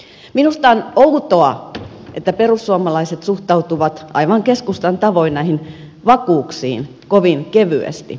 minusta on outoa että perussuomalaiset suhtautuvat aivan keskustan tavoin näihin vakuuksiin kovin kevyesti